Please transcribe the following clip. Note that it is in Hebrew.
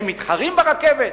שמתחרים ברכבת?